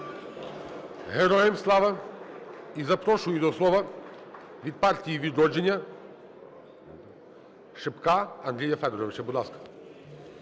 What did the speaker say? Героям Слава! І запрошую до слова від "Партії "Відродження" Шипка Андрія Федоровича. Будь ласка.